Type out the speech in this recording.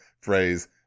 phrase